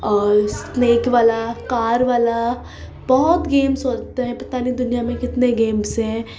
اور اسنیک والا کار والا بہت گیمس ہوتے ہیں پتہ نہیں دنیا میں کتنے گیمس ہیں